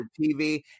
TV